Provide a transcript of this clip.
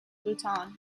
bhutan